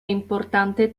importante